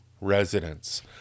residents